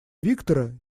виктора